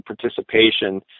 participation